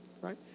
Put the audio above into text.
right